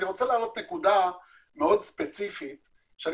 אני רוצה להעלות נקודה מאוד ספציפית שאני